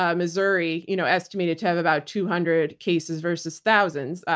ah missouri, you know estimated to have about two hundred cases versus thousands.